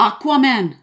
Aquaman